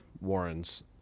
Warren's